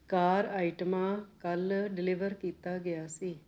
ਕਾਰ ਆਈਟਮਾਂ ਕੱਲ੍ਹ ਡਿਲੀਵਰ ਕੀਤਾ ਗਿਆ ਸੀ